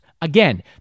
Again